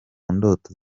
ndoto